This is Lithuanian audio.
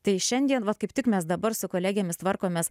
tai šiandien vat kaip tik mes dabar su kolegėmis tvarkomės